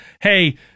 hey